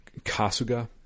Kasuga